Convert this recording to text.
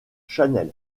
channel